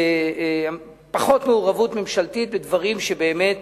פחות מעורבות ממשלתית בדברים שבאמת